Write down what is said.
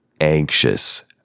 anxious